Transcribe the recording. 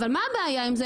אבל מה הבעיה עם זה?